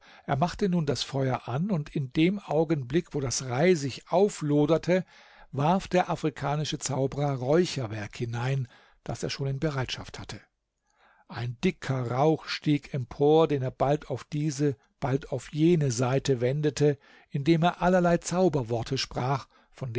er machte nun das feuer an und in dem augenblick wo das reisig aufloderte warf der afrikanische zauberer räucherwerk hinein das er schon in bereitschaft hatte ein dicker rauch stieg empor den er bald auf diese bald auf jene seite wendete indem er allerlei zauberworte sprach von